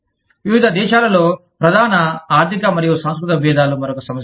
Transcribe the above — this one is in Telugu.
వివిధ దేశాలలో ప్రధాన ఆర్థిక మరియు సాంస్కృతిక భేదాలు మరొక సమస్య